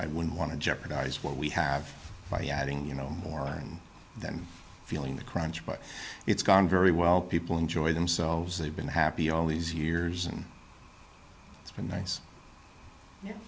i wouldn't want to jeopardize what we have by adding you know more than feeling the crunch but it's gone very well people enjoy themselves they've been happy all these years and it's been nice